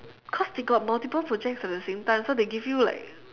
cause they got multiple projects at the same time so they give you like